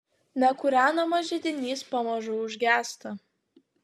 nekūrenamas židinys pamažu užgęsta